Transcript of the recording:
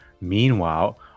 Meanwhile